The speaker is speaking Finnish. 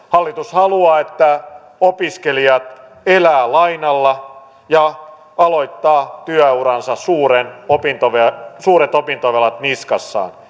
hallitus haluaa että opiskelijat elävät lainalla ja aloittavat työuransa suuret opintovelat suuret opintovelat niskassaan